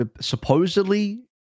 Supposedly